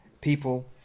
people